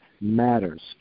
matters